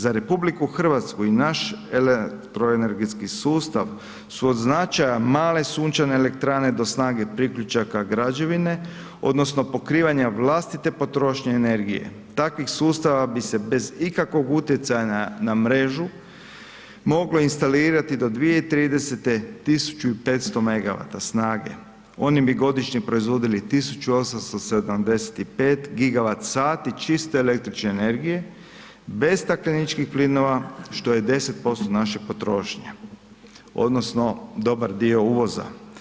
Za RH i naš proenergetski sustav su od značaja male sunčane elektrane do snage priključaka građevine odnosno pokrivanje vlastite potrošnje energije, takvih sustava bi se bez ikakvog utjecaja na mrežu moglo instalirati do 2030. 1500 megawata snage, oni bi godišnje proizvodili 1875 gigawat sati čiste električne energije bez stakleničkih plinova, što je 10% naše potrošnje odnosno dobar dio uvoza.